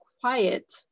quiet